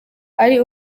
ari